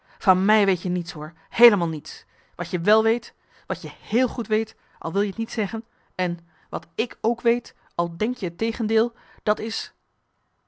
van mij weet je niets hoor heelemaal niets wat je wel weet wat je heel goed weet al wil je t niet zeggen en wat ik ook weet al denk je t tegendeel dat is